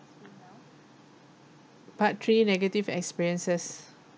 part three negative experiences